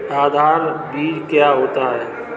आधार बीज क्या होता है?